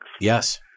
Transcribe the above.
Yes